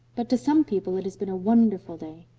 but to some people it has been a wonderful day.